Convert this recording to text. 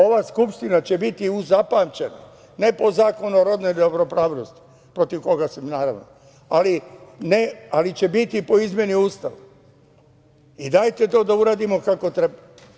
Ova Skupština će biti zapamćena ne po Zakonu o rodnoj ravnopravnosti, protiv koga sam naravno, ali će biti po izmeni Ustava i dajte to da uradimo kako treba.